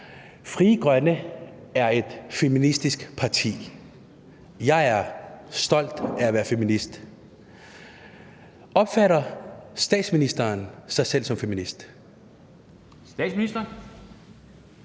Frie Grønne er et feministisk parti. Jeg er stolt af at være feminist. Opfatter statsministeren sig selv som feminist? Kl.